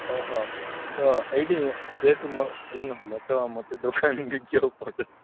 ଓହୋ ତ ଏଇଠି ଗେଟ୍ ମୁହଁରେ ମୋତେ ଦୋକାନ ଦେଇଛି ଆଉ